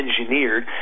engineered